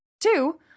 two